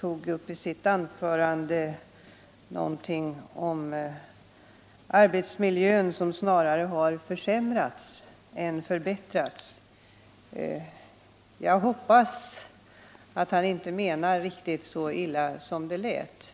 tog i sitt anförande upp någonting om arbetsmiljön som snarare har försämrats än förbättrats. Jag hoppas att han inte menar riktigt så illa som det lät.